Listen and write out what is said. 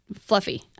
fluffy